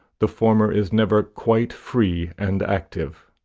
the former is never quite free and active.